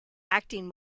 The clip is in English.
acting